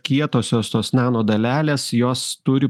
kietosios tos nanodalelės jos turi